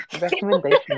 recommendation